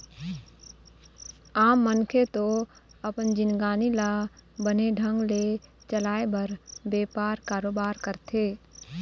आम मनखे तो अपन जिंनगी ल बने ढंग ले चलाय बर बेपार, कारोबार करथे